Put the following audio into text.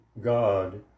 God